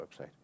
website